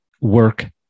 work